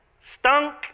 Stunk